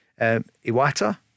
Iwata